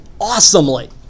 awesomely